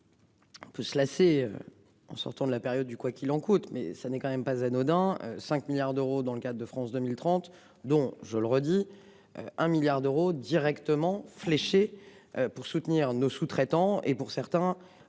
si. Peut se lasser. En sortant de la période du quoi qu'il en coûte mais ça n'est quand même pas anodin. 5 milliards d'euros dans le cadre de France 2030 dont je le redis. Un milliard d'euros directement fléchée pour soutenir nos sous-traitants et pour certains